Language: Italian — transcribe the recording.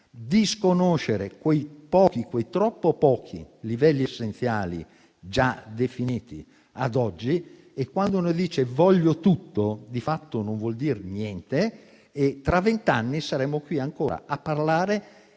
disconoscere quei troppo pochi livelli essenziali già definiti ad oggi e quando oggi uno dice di volere tutto di fatto non vuole dire niente e tra vent'anni saremo ancora qui a parlare